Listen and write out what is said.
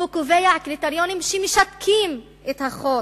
הוא קובע קריטריונים שמשתקים את החוק.